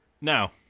Now